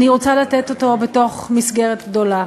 אני רוצה לתת אותו בתוך מסגרת גדולה.